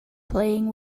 playing